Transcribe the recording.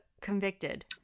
convicted